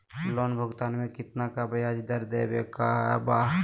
Loan भुगतान में कितना का ब्याज दर देवें के बा?